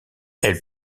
elle